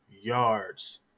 yards